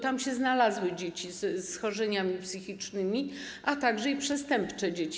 Tam się znalazły dzieci ze schorzeniami psychicznymi, a także przestępcze dzieci.